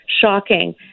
shocking